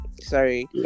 sorry